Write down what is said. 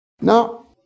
Now